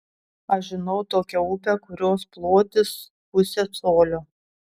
aš žinau tokią upę kurios plotis pusė colio